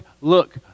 look